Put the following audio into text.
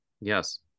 Yes